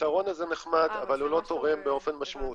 הפתרון הזה נחמד, אבל הוא לא תורם באופן משמעותי.